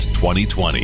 2020